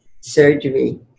surgery